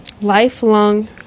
lifelong